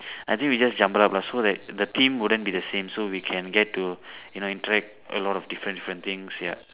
I think we just jumble up lah so that the theme wouldn't be the same so we can get to you know interact a lot of different different things ya